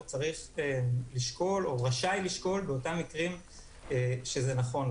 צריך לשקול או רשאי לשקול באותם מקרים שזה נכון,